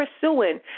pursuing